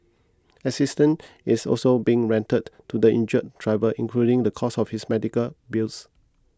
assistance is also being rendered to the injured driver including the cost of his medical bills